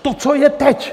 To, co je teď!